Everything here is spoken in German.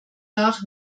nach